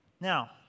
Now